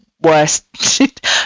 worst